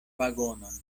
vagonon